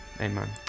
amen